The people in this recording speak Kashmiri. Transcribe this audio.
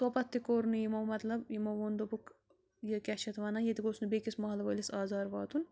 توٚپَتھ تہِ کوٚر نہٕ یِمو مطلب یِمو ووٚن دوٚپکھ یہِ کیٛاہ چھِ اتھ ونان یہِ تہِ گوٚژھ نہٕ بیٚکِس محل وٲلِس آزار واتُن